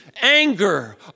anger